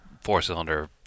four-cylinder